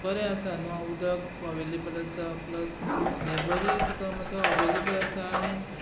बरें आसा न्हू उदक अवेलेबल आसा प्लस लेबरूय तुका मातसो अवेलेबल आसा आनी